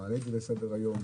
הוא מעלה את זה לסדר היום,